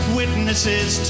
witnesses